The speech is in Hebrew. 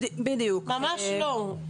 ממש לא.